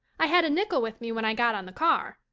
i had a nickel with me when i got on the car.